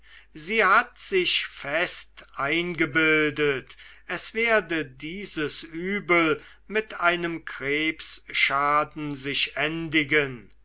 sie hat sich fest eingebildet es werde dieses übel mit einem krebsschaden sich endigen